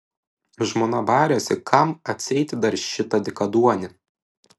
žmona barėsi kam atseit dar šitą dykaduonį